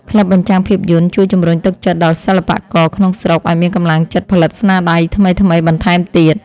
ក្លឹបបញ្ចាំងភាពយន្តជួយជំរុញទឹកចិត្តដល់សិល្បករក្នុងស្រុក ឱ្យមានកម្លាំងចិត្តផលិតស្នាដៃថ្មីៗបន្ថែមទៀត។